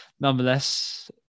Nonetheless